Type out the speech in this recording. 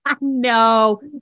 no